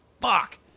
fuck